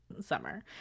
summer